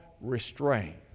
restraint